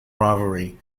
rivalry